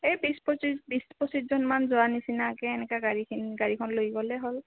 এই বিছ পঁচিছ বিছ পঁচিছজনমান যোৱা নিচিনাকৈ এনেকৈ গাড়ীখিন গাড়ীখন লৈ গ'লে হ'ল